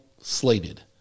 slated